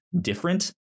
different